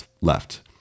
left